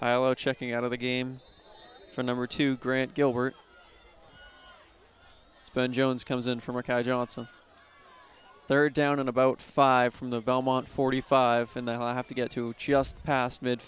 there checking out of the game for number two grant gilbert been jones comes in from a car johnson third down about five from the belmont forty five and then i have to get to just past mid